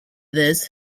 this